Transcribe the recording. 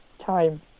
Time